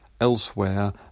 elsewhere